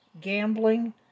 gambling